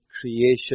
creation